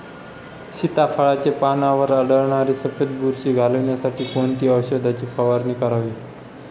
सीताफळाचे पानांवर आढळणारी सफेद बुरशी घालवण्यासाठी कोणत्या औषधांची फवारणी करावी?